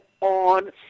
on